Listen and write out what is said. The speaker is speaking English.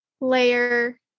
layer